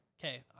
Okay